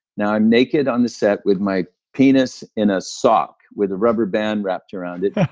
now i'm naked on the set with my penis in a sock with a rubber band wrapped around it.